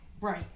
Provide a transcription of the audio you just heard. Right